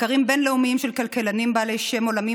מחקרים בין-לאומיים של כלכלנים בעלי שם עולמי